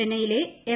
ചെന്നൈയിലെ എം